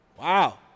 Wow